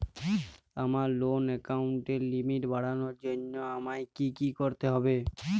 আমার লোন অ্যাকাউন্টের লিমিট বাড়ানোর জন্য আমায় কী কী করতে হবে?